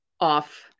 off